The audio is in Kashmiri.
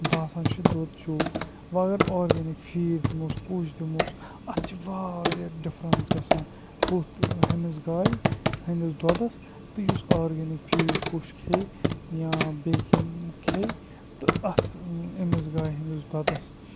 باسان چھُ دۄد چھُ وۄنۍ اگر آرگینِک فیٖڈ دِمہوس کُوٚش دِمہوس اتھ چھِ واریاہ ڈِفرَنس گَژھان ہُتھ ہیٚمِس گایہِ ہیٚمِس دۄدَس تہِ یُس آرگینِک فیٖڈ کوٚش کھیٚیہِ یا بیٚیہِ کینٛہہ کھیٚیہِ تہٕ اتھ امس گایہِ ہِنٛدٕس دۄدَس